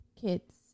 kids